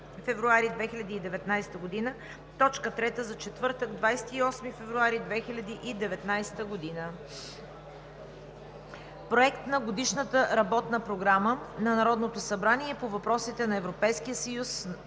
февруари 2019 г. – точка трета за четвъртък, 28 февруари 2019 г. 8. Проект на Годишна работна програма на Народното събрание по въпросите на Европейския съюз